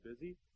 busy